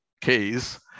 case